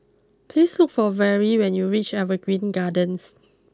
please look for Verle when you reach Evergreen Gardens